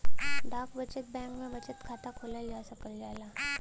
डाक बचत बैंक में बचत खाता खोलल जा सकल जाला